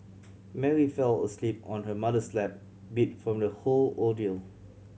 Mary fell asleep on her mother's lap beat from the whole ordeal